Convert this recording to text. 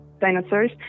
dinosaurs